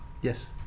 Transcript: Yes